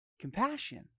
compassion